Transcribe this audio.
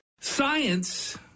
Science